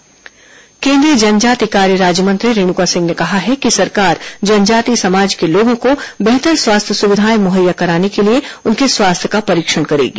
रेणुका सिंह केंद्रीय जनजातीय कार्य राज्यमंत्री रेणुका सिंह ने कहा है कि सरकार जनजातीय समाज के लोगों को बेहतर स्वास्थ्य सुविधाएं मुहैया कराने के लिए उनके स्वास्थ्य का परीक्षण करेगी